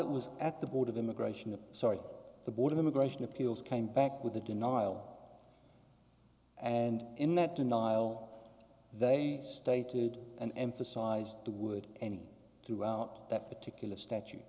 it was at the board of immigration and sorry the board of immigration appeals came back with a denial and in that denial they stated and emphasized the would any threw out that particular statute